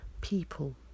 people